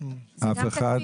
אף אחד.